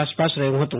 આસપાસ રહ્યુ હતું